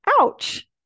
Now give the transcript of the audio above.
Ouch